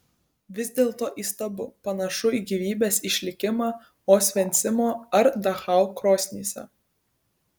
vis dėlto įstabu panašu į gyvybės išlikimą osvencimo ar dachau krosnyse